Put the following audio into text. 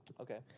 Okay